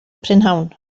prynhawn